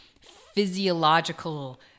physiological